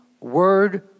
Word